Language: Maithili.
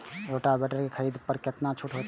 रोटावेटर के खरीद पर केतना छूट होते?